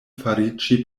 fariĝi